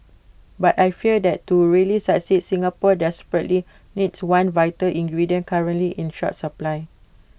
but I fear that to really succeed Singapore desperately needs one vital ingredient currently in short supply